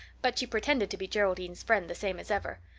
but she pretended to be geraldine's friend the same as ever.